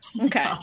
Okay